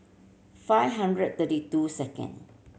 five hundred thirty two second